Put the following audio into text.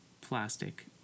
plastic